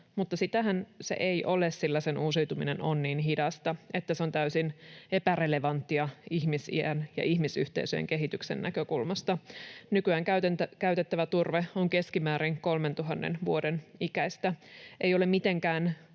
mutta sitähän se ei ole, sillä sen uusiutuminen on niin hidasta, että se on täysin epärelevanttia ihmisiän ja ihmisyhteisöjen kehityksen näkökulmasta. Nykyään käytettävä turve on keskimäärin 3 000 vuoden ikäistä. Ei ole mitenkään